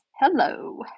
hello